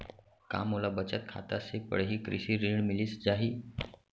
का मोला बचत खाता से पड़ही कृषि ऋण मिलिस जाही?